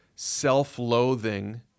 self-loathing